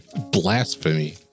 Blasphemy